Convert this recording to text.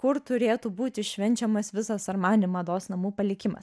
kur turėtų būti švenčiamas visas armani mados namų palikimas